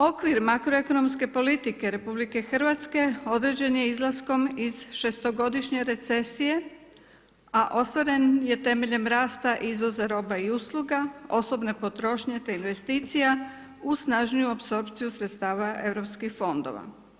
Okvir makroekonomske politike RH određen je izlaskom iz šestogodišnje recesije, a ostvaren je temeljem rasta izvoza roba i usluga, osobne potrošnje, te investicija u snažniju apsorpciju sredstava europskih fondova.